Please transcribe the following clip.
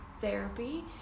therapy